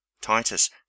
Titus